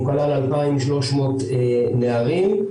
הוא כלל 2300 נערים,